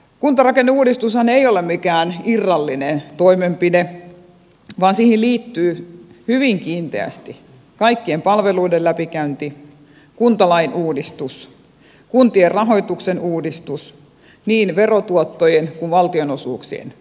kuntarakenneuudistushan ei ole mikään irrallinen toimenpide vaan siihen liittyy hyvin kiinteästi kaikkien palveluiden läpikäynti kuntalain uudistus kuntien rahoituksen uudistus niin verotuottojen kuin valtionosuuksien osalta